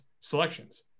selections